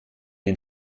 den